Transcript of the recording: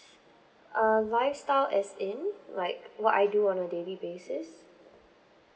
um lifestyle as in like what I do on a daily basis